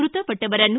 ಮೃತಪಟ್ಟವರನ್ನು